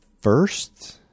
first